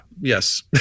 yes